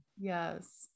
yes